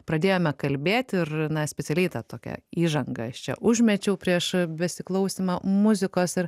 pradėjome kalbėti ir na specialiai tą tokią įžangą aš čia užmečiau prieš besiklausymą muzikos ir